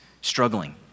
struggling